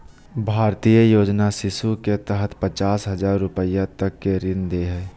भारतीय योजना शिशु के तहत पचास हजार रूपया तक के ऋण दे हइ